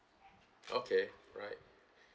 okay right